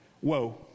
whoa